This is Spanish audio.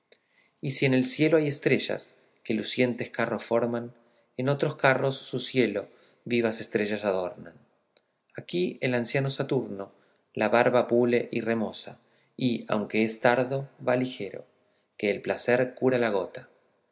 y si en el cielo hay estrellas que lucientes carros forman en otros carros su cielo vivas estrellas adornan aquí el anciano saturno la barba pule y remoza y aunque es tardo va ligero que el placer cura la gota